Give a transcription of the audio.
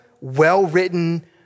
well-written